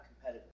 competitive